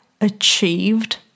achieved